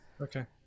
okay